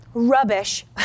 rubbish